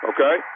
Okay